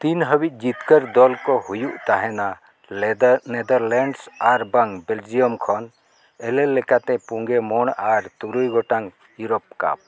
ᱛᱤᱱ ᱦᱟᱹᱵᱤᱡ ᱡᱤᱛᱠᱟᱹᱨ ᱫᱚᱞᱠᱚ ᱦᱩᱭᱩᱜ ᱛᱟᱦᱮᱱᱟ ᱞᱮᱫᱟᱨ ᱱᱮᱫᱟᱨ ᱞᱮᱱᱰᱥ ᱟᱨᱵᱟᱝ ᱵᱮᱞᱡᱤᱭᱟᱢ ᱠᱷᱚᱱ ᱮᱞᱮᱞ ᱞᱮᱠᱟᱛᱮ ᱯᱩᱱᱜᱮ ᱢᱚᱬ ᱟᱨ ᱛᱩᱨᱩᱭ ᱜᱚᱴᱟᱝ ᱤᱭᱳᱨᱳᱯ ᱠᱟᱯ